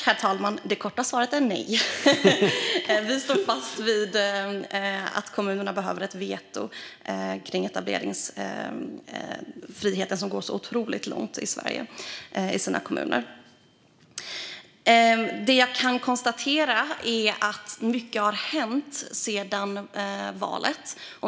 Herr talman! Det korta svaret är nej. Vi står fast vid att kommunerna behöver ett veto kring etableringsfriheten, som går så otroligt långt i Sveriges kommuner. Jag kan konstatera att mycket har hänt sedan valet.